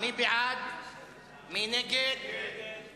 משרד לביטחון פנים (כוח-אדם לאכיפת חוקי,